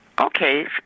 Okay